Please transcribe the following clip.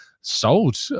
sold